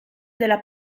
della